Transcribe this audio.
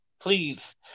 Please